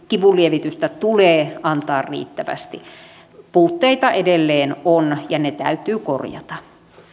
kivunlievitystä tulee antaa riittävästi puutteita edelleen on ja ne täytyy korjata